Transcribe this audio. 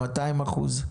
200%,